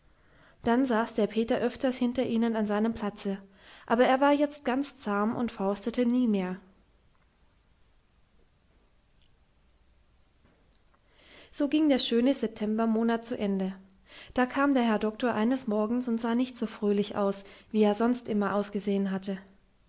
dann saß der peter öfter hinter ihnen an seinem platze aber er war jetzt ganz zahm und faustete nie mehr so ging der schöne septembermonat zu ende da kam der herr doktor eines morgens und sah nicht so fröhlich aus wie er sonst immer ausgesehen hatte